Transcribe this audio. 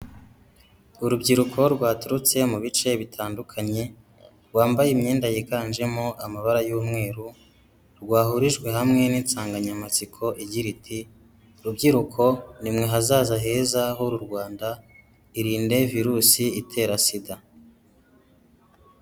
Urubyiruko rwaturutse mu bice bitandukanye rwambaye imyenda yiganjemo amabara y'umweru, rwahurijwe hamwe n'insanganyamatsiko igira iti;"Rubyiruko ni mwe hazaza heza h'uru Rwanda irinde virusi itera sida."